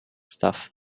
stuff